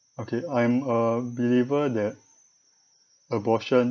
okay I'm a believer that abortion